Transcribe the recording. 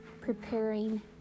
preparing